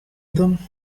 them